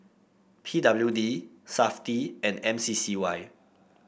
P W D Safti and M C C Y